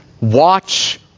Watch